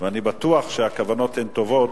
ואני בטוח שהכוונות הן טובות,